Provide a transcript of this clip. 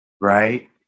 right